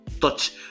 touch